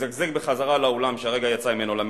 לזגזג בחזרה לאולם שהרגע היא יצאה ממנו, למליאה,